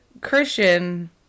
Christian